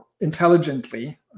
intelligently